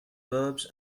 verbs